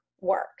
work